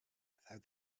without